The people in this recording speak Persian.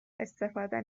استفاده